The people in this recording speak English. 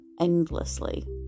endlessly